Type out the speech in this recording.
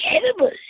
terrible